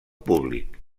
públic